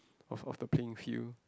of of the playing field